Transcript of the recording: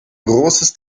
großes